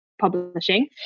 publishing